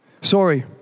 Sorry